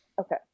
okay